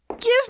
Give